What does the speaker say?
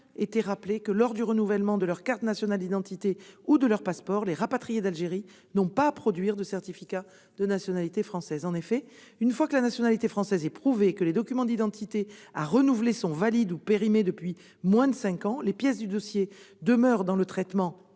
été rappelé que, lors du renouvellement de leur carte nationale d'identité ou de leur passeport, les rapatriés d'Algérie n'ont pas à produire de certificat de nationalité française. En effet, une fois que la nationalité française est prouvée et que les documents d'identité à renouveler sont valides ou périmés depuis moins de cinq ans, les pièces du dossier demeurent dans le système